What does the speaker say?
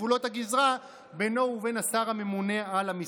גבולות הגזרה בינו ובין השר הממונה על המשרד.